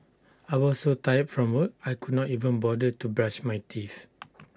I was so tired from work I could not even bother to brush my teeth